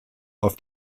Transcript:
auf